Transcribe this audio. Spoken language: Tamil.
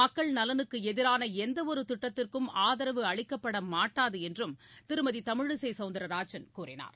மக்கள் நலனுக்கு எதிரான எந்த ஒரு திட்டத்திற்கும் ஆதரவு அளிக்கப்பட மாட்டாது என்றும் திருமதி தமிழிசை சவுந்தரராஜன் கூறினார்